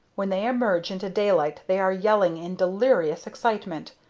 when they emerge into daylight they are yelling in delirious excitement.